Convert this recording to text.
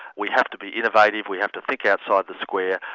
we have to be innovative, we have to think outside the square,